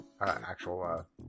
actual